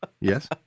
Yes